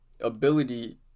ability